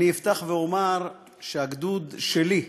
אני אפתח ואומר שהגדוד שלי,